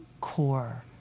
core